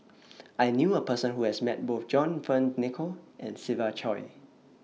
I knew A Person Who has Met Both John Fearns Nicoll and Siva Choy